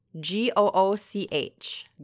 G-O-O-C-H